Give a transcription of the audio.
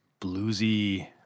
bluesy